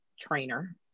trainer